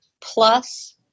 plus